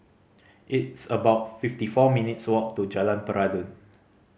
it's about fifty four minutes' walk to Jalan Peradun